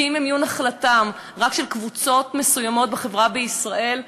כי אם הם יהיו נחלתן של קבוצות מסוימות בחברה בישראל בלבד,